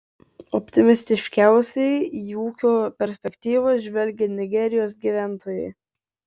optimistiškiausiai į ūkio perspektyvas žvelgia nigerijos gyventojai